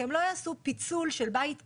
כי הם לא יעשו פיצול של בית קיים,